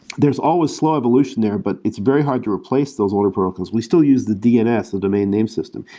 there's always slow evolution there, but it's very hard to replace those older protocols. we still use the dns, the domain name system.